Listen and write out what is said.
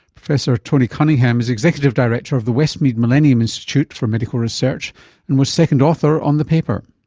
professor tony cunningham is executive director of the westmead millennium institute for medical research and was second author on the paper.